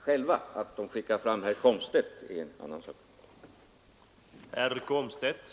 Att de i stället skickar fram herr Komstedt är en annan sak.